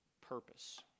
purpose